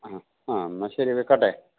ആ ആ എന്നാൽ ശരി വയ്ക്കട്ടെ